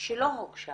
שלא הוגשה